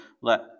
let